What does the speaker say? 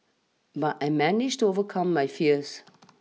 but I managed to overcome my fears